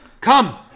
Come